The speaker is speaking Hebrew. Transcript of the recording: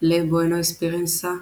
"לה בואנה איספירנסה",